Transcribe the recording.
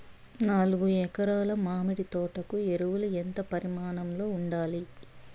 నాలుగు ఎకరా ల మామిడి తోట కు ఎరువులు ఎంత పరిమాణం లో ఉండాలి?